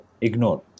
ignore